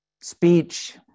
speech